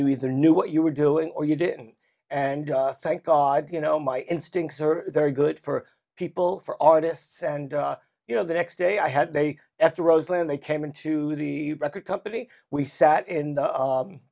you either knew what you were doing or you didn't and thank god you know my instincts are very good for people for artists and you know the next day i had day after roseland they came into the record company we sat in the